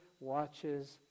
watches